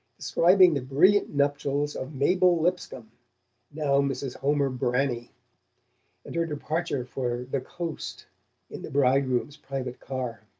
describing the brilliant nuptials of mabel lipscomb now mrs. homer branney and her departure for the coast in the bridegroom's private car.